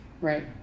right